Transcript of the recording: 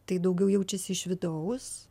tai daugiau jaučiasi iš vidaus